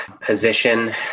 position